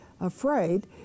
afraid